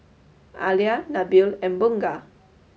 Alya Nabil and Bunga